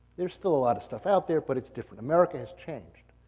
there's still a lot of stuff out there, but it's different. america has changed.